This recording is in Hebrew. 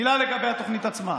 מילה לגבי התוכנית עצמה.